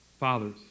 Fathers